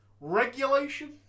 Regulation